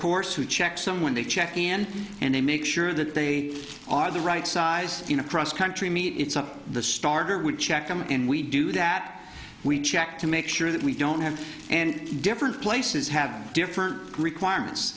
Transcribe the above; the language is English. course who check someone they check in and they make sure that they are the right size in a cross country meet it's up the starter would check them and we do that we check to make sure that we don't have and different places have different requirements